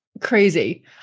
crazy